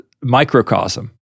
microcosm